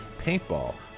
paintball